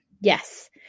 yes